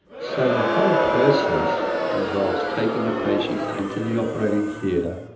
so the whole process involves taking a patient into the operating theatre,